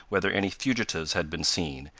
whether any fugitives had been seen,